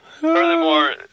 furthermore